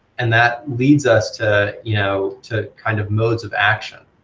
and that leads us to you know to kind of modes of action.